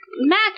Mac